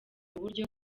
buryo